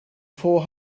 four